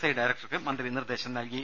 I ഡയറക്ടർക്ക് മന്ത്രി നിർദേശം നൽകി